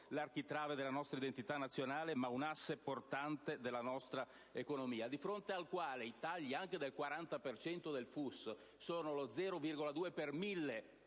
l'architrave della nostra identità nazionale, ma un asse portante della nostra economia, di fronte al quale i tagli del 40 per cento del FUS rappresentano lo 0,2 per mille